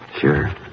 Sure